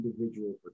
individual